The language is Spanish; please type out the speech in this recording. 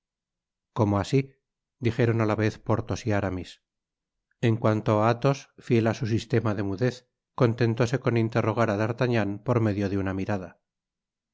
cómo así dijeron á la vez porthos y aramis en cuanto á athos fiel á su sistema de mudez contentóse con interrogar á dartagnan por medio de una mirada